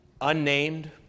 unnamed